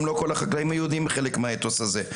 גם לא כל החקלאים היהודיים הם חלק מהאתוס הזה.